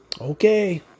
okay